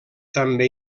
també